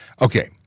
Okay